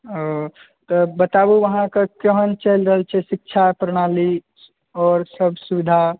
आ तऽ बताबू अहाँके केहन चलि रहल छै शिक्षा प्रणाली आओर सभ सुबिधा